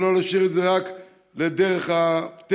ולא להשאיר את זה רק לדרך הטבע,